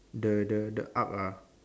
the the the arch ah